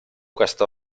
questa